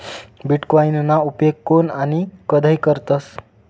बीटकॉईनना उपेग कोन आणि कधय करतस